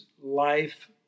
life